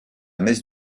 messe